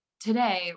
today